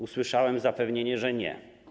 Usłyszałem zapewnienie, że nie.